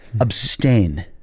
abstain